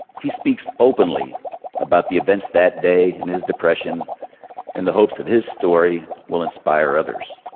he speaks openly about the events that day and his depression in the hopes that his story will inspire others.